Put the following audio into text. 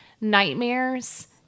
nightmares